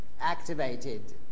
activated